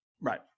right